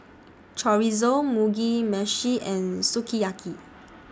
Chorizo Mugi Meshi and Sukiyaki